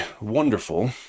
wonderful